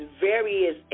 various